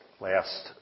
last